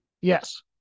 Yes